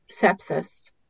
sepsis